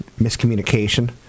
miscommunication